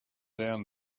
down